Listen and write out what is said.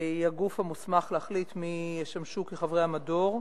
והיא הגוף המוסמך להחליט מי ישמשו כחברי המדור.